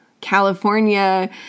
California